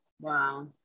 Wow